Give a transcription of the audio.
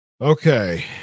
okay